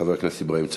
חבר הכנסת אברהים צרצור.